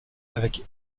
avec